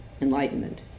enlightenment